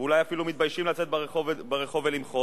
ואולי אפילו מתביישים לצאת לרחוב ולמחות,